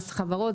מס חברות,